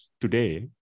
today